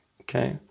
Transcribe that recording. okay